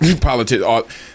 politics